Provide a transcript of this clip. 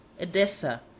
Edessa